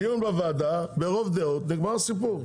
דיון בוועדה ברוב דעות, נגמר הסיפור.